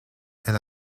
elle